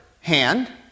hand